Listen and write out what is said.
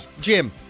Jim